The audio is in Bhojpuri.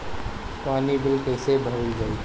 पानी बिल कइसे भरल जाई?